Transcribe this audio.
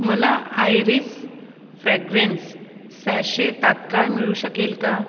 मला iris fragrance sachet तात्काळ मिळू शकेल का